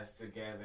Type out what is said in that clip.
together